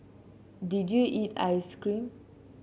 did you eat ice cream